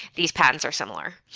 these patterns are similar.